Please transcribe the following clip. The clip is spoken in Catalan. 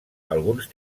alguns